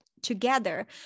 together